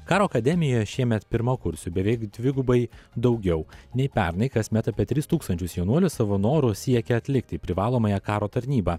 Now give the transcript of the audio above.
karo akademijoje šiemet pirmakursių beveik dvigubai daugiau nei pernai kasmet apie tris tūkstančius jaunuolių savo noru siekia atlikti privalomąją karo tarnybą